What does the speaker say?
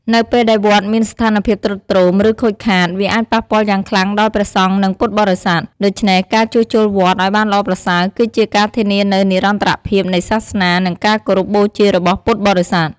នៅពេលដែលវត្តមានស្ថានភាពទ្រុឌទ្រោម ឬខូចខាត វាអាចប៉ះពាល់យ៉ាងខ្លាំងដល់ ព្រះសង្ឃ និង ពុទ្ធបរិស័ទ។ ដូច្នេះ ការជួសជុលវត្តឱ្យបានល្អប្រសើរ គឺជាការធានានូវនិរន្តរភាពនៃសាសនា និងការគោរពបូជារបស់ពុទ្ធបរិស័ទ។